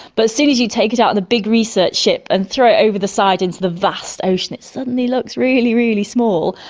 but as soon as you take it out on the big research ship and throw it over the side into the vast ocean it suddenly looks really, really small.